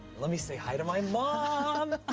let me say hi to my mom.